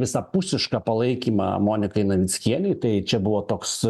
visapusišką palaikymą monikai navickienei tai čia buvo toks